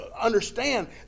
understand